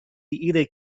اینه